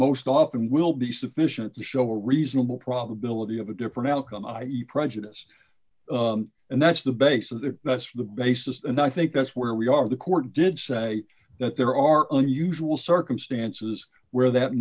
most often will be sufficient to show a reasonable probability of a different outcome i e prejudice and that's the basis that's the basis and i think that's where we are the court did say that there are only usual circumstances where that